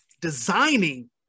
designing